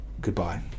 Goodbye